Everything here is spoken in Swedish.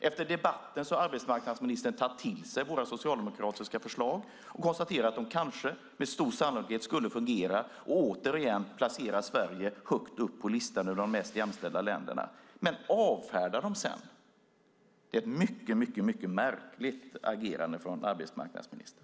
Efter debatten har arbetsmarknadsministern tagit till sig våra socialdemokratiska förslag och konstaterar att de med stor sannolikhet skulle fungera och åter placera Sverige högt upp på listan över mest jämställda länder - och sedan avfärdar hon dem. Det är ett mycket märkligt agerande från arbetsmarknadsministern.